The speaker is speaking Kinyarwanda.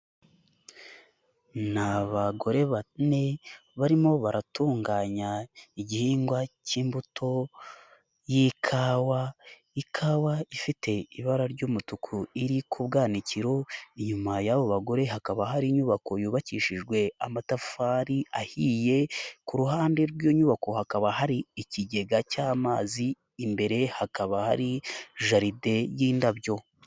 Ni abagore bane barimo baratunganya igihingwa k'imbuto y'ikawa, ikawa ifite ibara ry'umutuku iri ku bwanwanikiro, inyuma y'abo bagore hakaba hari inyubako yubakishijwe amatafari ahiye, ku ruhande rw'iyo nyubako hakaba hari ikigega cy'amazi, imbere hakaba hari jaride y'indabyo.